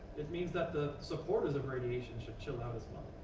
it means that the supporters of radiation should chill out as well.